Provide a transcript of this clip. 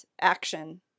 action